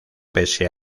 pese